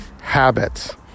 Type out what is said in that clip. habits